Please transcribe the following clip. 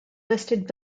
listed